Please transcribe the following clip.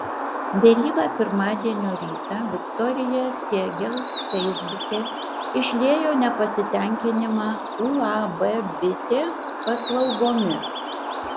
vėlyvą pirmadienio rytą viktorija siegel feisbuke išliejo nepasitenkinimą uab bitė paslaugomis